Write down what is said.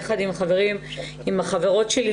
יחד עם החברים והחברות שלי,